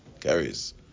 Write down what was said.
carries